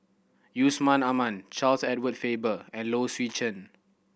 Yusman Aman Charles Edward Faber and Low Swee Chen